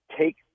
take